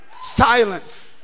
silence